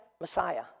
Messiah